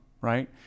right